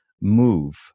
move